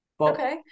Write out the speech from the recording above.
Okay